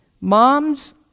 Moms